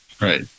Right